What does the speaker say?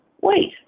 wait